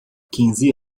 quinze